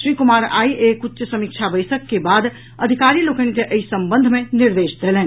श्री कुमार आइ एक उच्च समीक्षा बैसक के बाद अधिकारी लोकनि के एहि संबंध मे निर्देश देलनि